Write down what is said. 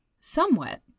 Somewhat